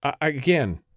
again